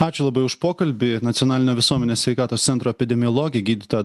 ačiū labai už pokalbį nacionalinio visuomenės sveikatos centro epidemiologė gydytoja